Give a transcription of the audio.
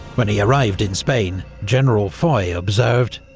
when he arrived in spain, general foy observed,